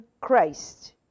Christ